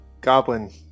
goblin